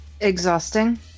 Exhausting